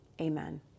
Amen